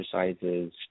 exercises